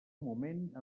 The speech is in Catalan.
moment